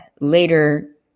later